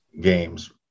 games